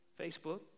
Facebook